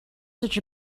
such